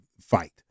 fight